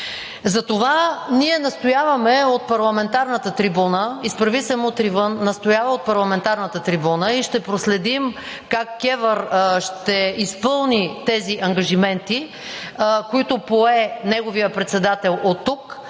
вън!“ настоява от парламентарната трибуна и ще проследим как КЕВР ще изпълни тези ангажименти, които пое нейният председател оттук,